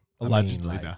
Allegedly